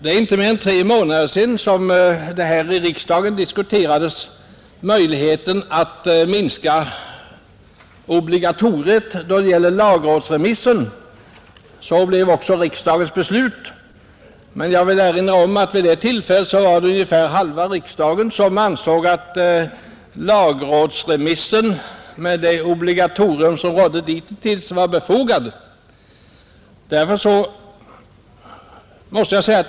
Det är inte mer än tre månader sedan här i riksdagen diskuterades möjligheten att mildra obligatoriet när det gäller lagrådsremisser. Detta blev också riksdagens beslut. Men jag vill erinra om att vid det tillfället ungefär hälften av riksdagens ledamöter ansåg att det obligatorium beträffande lagrådsremissen som rått dittills var befogat.